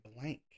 blank